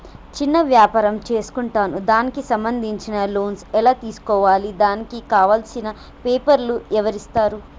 చిన్న వ్యాపారం చేసుకుంటాను దానికి సంబంధించిన లోన్స్ ఎలా తెలుసుకోవాలి దానికి కావాల్సిన పేపర్లు ఎవరిస్తారు?